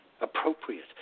Appropriate